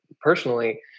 personally